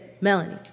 Melanie